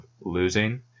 losing